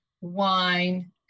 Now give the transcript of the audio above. wine